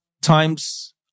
times